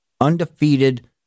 undefeated